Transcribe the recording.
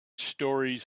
stories